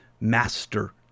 master